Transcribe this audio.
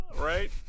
Right